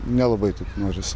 nelabai taip norisi